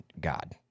God